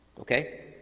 Okay